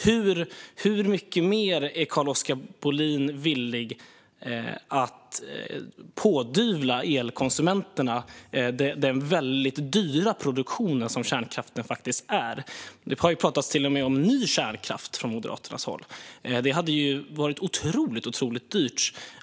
Hur mycket mer är Carl-Oskar Bohlin villig att pådyvla elkonsumenterna för den dyra produktion som kärnkraften är? Det har till och med talats om ny kärnkraft från Moderaternas håll. Det hade varit otroligt dyrt.